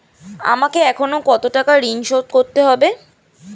আমাকে এখনো কত টাকা ঋণ শোধ করতে হবে?